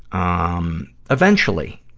um, eventually,